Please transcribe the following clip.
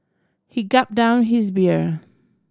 he gulped down his beer